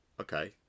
okay